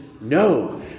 no